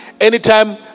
Anytime